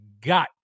got